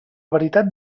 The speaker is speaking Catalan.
veritat